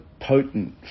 potent